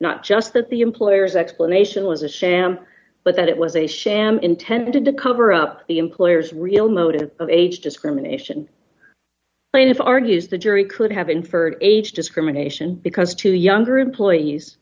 not just that the employer's explanation was a sham but that it was a sham intended to cover up the employer's real motive of age discrimination plaintiff argues the jury could have inferred age discrimination because two younger employees